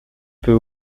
peut